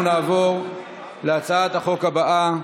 אנחנו נעבור להצעת החוק הבאה,